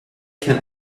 can